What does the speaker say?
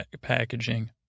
packaging